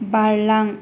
बारलां